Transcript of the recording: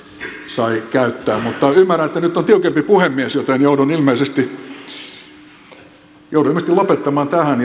sai käyttää mutta ymmärrän että nyt on tiukempi puhemies joten joudun ilmeisesti lopettamaan tähän